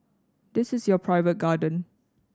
this is your private garden